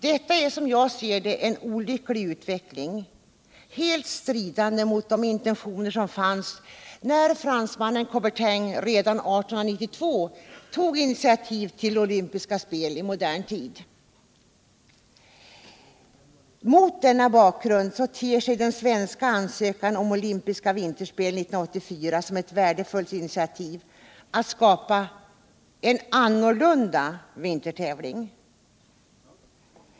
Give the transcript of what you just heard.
Detta är, som jag ser det, en olycklig utveckling, helt stridande mot de intentioner som fanns när fransmannen de Coubertin redan 1892 tog initiativ tull olympiska spel i modern tid. Mot denna bakgrund ter sig den svenska ansökan om att få anordna olympiska vinterspel 1984 som ett värdefullt initiativ att skapa en ”annorlunda” vintertävling.